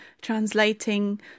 translating